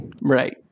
Right